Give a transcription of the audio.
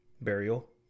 burial